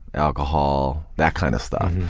alcohol, that kind of stuff.